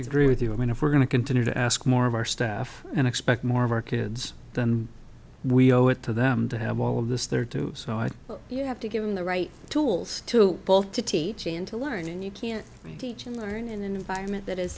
agree with you i mean if we're going to continue to ask more of our staff and expect more of our kids we owe it to them to have all of this there too so i think you have to give them the right tools to both to teach and to learn and you can teach and learn in an environment that is